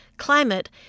Climate